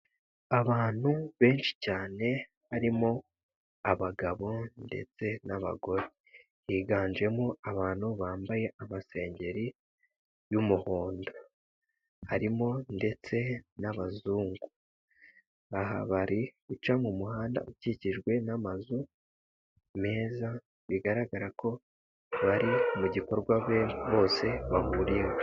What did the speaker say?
Abantu benshi cyane harimo abagabo ndetse n'abagore, higanjemo abantu bambaye amasengeri y'umuhondo harimo ndetse n'abazungu, aha bari guca mu muhanda ukikijwe n'amazu meza, bigaragara ko bari mu gikorwa bose bahuriyeho.